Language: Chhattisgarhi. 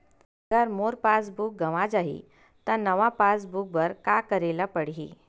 अगर मोर पास बुक गवां जाहि त नवा पास बुक बर का करे ल पड़हि?